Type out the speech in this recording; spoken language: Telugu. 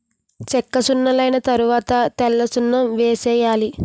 సెక్కసున్నలైన తరవాత తెల్లసున్నం వేసేయాలి